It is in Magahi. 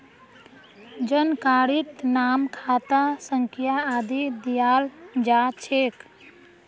जानकारीत नाम खाता संख्या आदि दियाल जा छेक